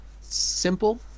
simple